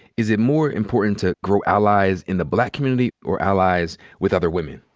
is it more important to grow allies in the black community or allies with other women?